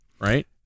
right